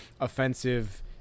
offensive